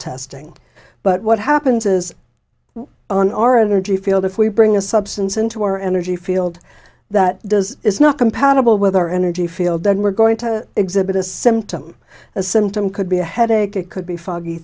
testing but what happens is on our energy field if we bring a substance into our energy field that does is not compatible with our energy field then we're going to exhibit a symptom a symptom could be a headache it could be foggy